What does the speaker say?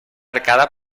arcada